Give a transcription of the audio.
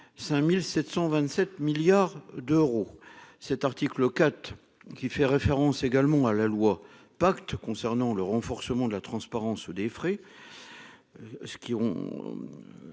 5727 milliards d'euros. Cet article 4 qui fait référence également à la loi pacte concernant le renforcement de la transparence des frais. Ceux qui